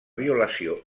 violació